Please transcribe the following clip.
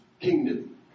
kingdom